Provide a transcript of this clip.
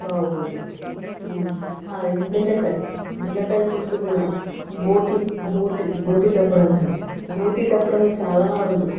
బాగోదు అది బెండకాయ బెండకాయ పులుసు కూడా బోటి బోటి బోటి దప్పడం అని బోటి దప్పడం చాలా అరుదు